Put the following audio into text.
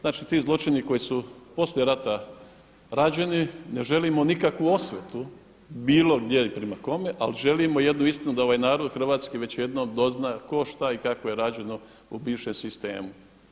Znači ti zločini koji su poslije rata rađeni ne želimo nikakvu osvetu bilo gdje i prema kome ali želimo jednu istinu da ovaj narod hrvatski već jednom dozna tko, šta i kako je rađeno u bivšem sistemu.